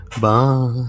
Bye